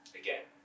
again